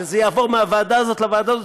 שזה יעבור מהוועדה הזאת לוועדה הזאת,